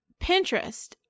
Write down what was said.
Pinterest